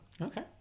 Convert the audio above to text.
Okay